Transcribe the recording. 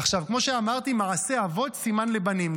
עכשיו, כמו שאמרתי, מעשה אבות סימן לבנים.